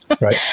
Right